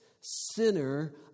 sinner